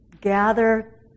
gather